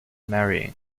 marrying